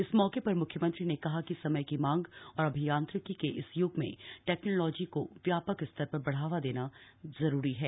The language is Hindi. इस मौके पर मुख्यमंत्री ने कहा कि समय की मांग और अभियांत्रिकी के इस यूग में टेक्नॉलोजी को व्यापक स्तर पर बढ़ावा देना जरूरी है